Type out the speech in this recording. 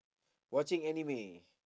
watching anime